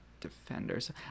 defenders